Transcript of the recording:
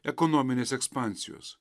ekonominės ekspansijos